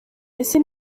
ese